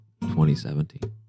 2017